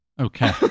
Okay